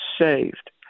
saved